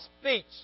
speech